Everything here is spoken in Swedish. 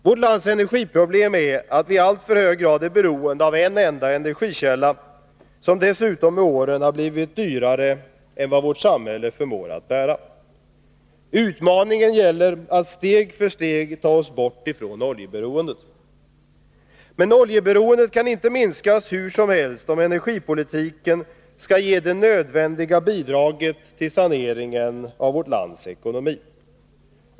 Vårt lands energiproblem är att det i alltför hög grad är beroende av en enda energikälla, som dessutom med åren har blivit dyrare än vad vårt samhälle förmår att bära. Utmaningen gäller att steg för steg ta oss bort från oljeberoendet. Men oljeberoendet kan inte minskas hur som helst, om energipolitiken skall ge det nödvändiga bidraget till saneringen av vårt lands ekonomi.